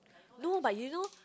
no but you know